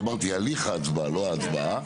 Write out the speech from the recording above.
אמרתי הליך ההצבעה לא ההצבעה.